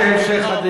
אדוני.